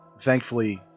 thankfully